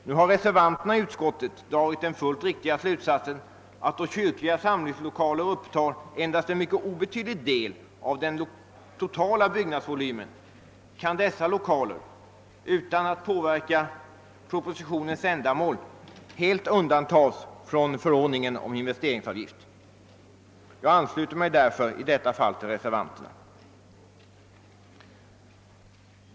Nu har reservanterna i utskottet dragit den fullt riktiga slutsatsen, att då kyrkliga församlingslokaler upptar endast en mycket obetydlig del av den totala byggnadsvolymen kan dessa lokaler — utan att påverka propositionens syfte — helt undantas från förordningen om investeringsavgift. Jag ansluter mig därför i detta fall till reservanterna.